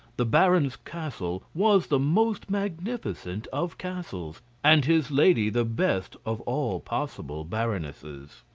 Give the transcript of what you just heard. the baron's castle was the most magnificent of castles, and his lady the best of all possible baronesses.